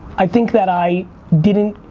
i think that i didn't,